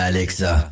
Alexa